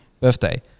birthday